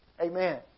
Amen